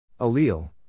Allele